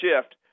shift